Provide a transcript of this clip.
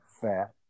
fat